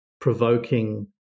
provoking